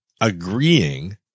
agreeing